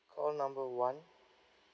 call number one